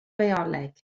bioleg